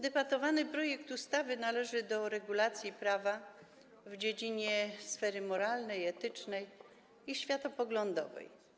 Debatowany projekt ustawy należy do regulacji prawa w dziedzinie sfery moralnej, etycznej i światopoglądowej.